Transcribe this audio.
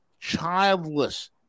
childless